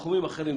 תחומים אחרים,